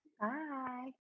Bye